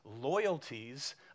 loyalties